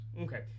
Okay